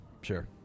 Sure